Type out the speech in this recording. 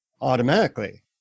automatically